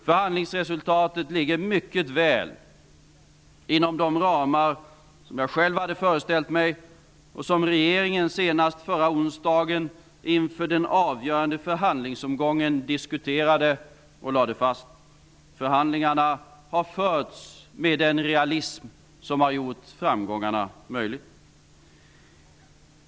Förhandlingsresultatet ligger mycket väl inom de ramar som jag själv hade föreställt mig och som regeringen senast förra onsdagen, inför den avgörande förhandlingsomgången, diskuterade och lade fast. Förhandlingarna har förts med den realism som har gjort framgångarna möjliga.